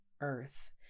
earth